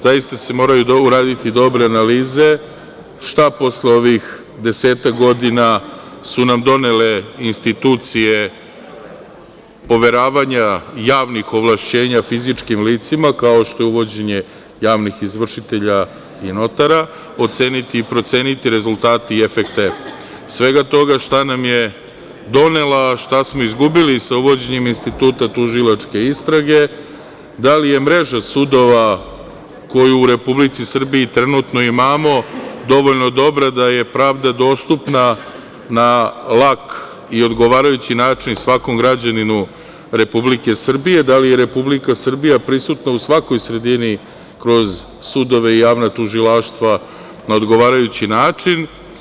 Zaista se moraju uraditi dobre analize, šta posle ovih desetak godina su nam donele institucije poveravanja javnih ovlašćenja fizičkim licima, kao što je uvođenje javnih izvršitelja i notara, oceniti i proceniti rezultate i efekte svega toga, šta nam je donela a šta smo izgubili sa uvođenjem instituta tužilačke istrage, da li je mreža sudova koju u Republici Srbiji trenutno imamo dovoljno dobra da je pravda dostupna na lak i odgovarajući način svakom građaninu Republike Srbije, da li je Republika Srbija prisutna u svakoj sredini kroz sudove i javna tužilaštva na odgovarajući način.